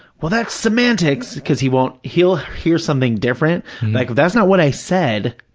well, that's semantics, because he won't, he'll hear something different, and like, that's not what i said,